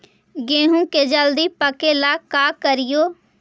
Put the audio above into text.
गेहूं के जल्दी पके ल का करियै?